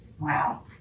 Wow